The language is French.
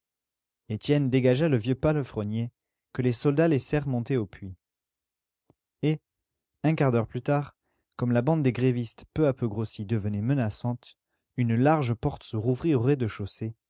étienne dégagea le vieux palefrenier que les soldats laissèrent monter au puits et un quart d'heure plus tard comme la bande des grévistes peu à peu grossie devenait menaçante une large porte se rouvrit au rez-de-chaussée